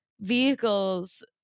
vehicles